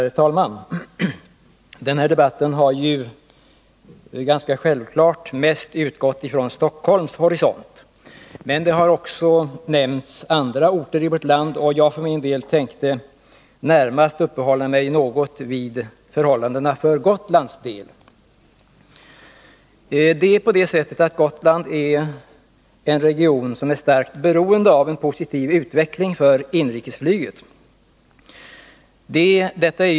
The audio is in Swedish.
Herr talman! I den här debatten har man — och det är ganska självklart — sett på frågan från Stockholms horisont. Men också andra orter i vårt land har nämnts. Jag för min del tänkte närmast något uppehålla mig vid förhållandena för Gotlands del. Gotland är som region starkt beroende av en positiv utveckling för inrikesflyget.